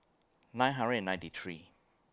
nine hundred ninety three